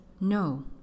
no